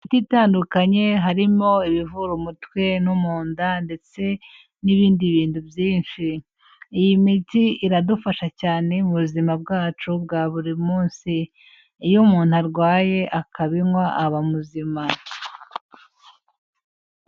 Imiti itandukanye harimo ibivura umutwe no mu nda ndetse n'ibindi bintu byinshi, iyi miti iradufasha cyane mu buzima bwacu bwa buri munsi, iyo umuntu arwaye akabinywa aba muzima.